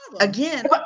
again